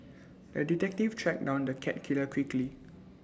the detective tracked down the cat killer quickly